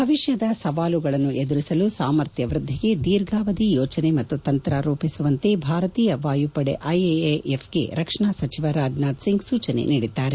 ಭವಿಷ್ಯದ ಸವಾಲುಗಳನ್ನು ಎದುರಿಸಲು ಸಾಮರ್ಥ್ಯ ವ್ವದ್ದಿಗೆ ಧೀರ್ಘಾವಧಿ ಯೋಜನೆ ಮತ್ತು ತಂತ್ರ ರೂಪಿಸುವಂತೆ ಭಾರತೀಯ ವಾಯುಪಡೆ ಐಎಎಫ್ಗೆ ರಕ್ಷಣಾ ಸಚಿವ ರಾಜನಾಥ್ ಸಿಂಗ್ ಸೂಚನೆ ನೀಡಿದ್ದಾರೆ